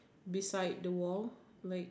beside the wall like